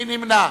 מי נמנע?